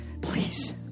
Please